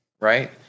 right